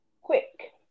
quick